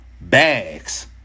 Bags